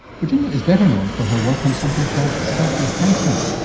virginia is better known for her work on something called self-enhancement,